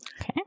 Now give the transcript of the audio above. Okay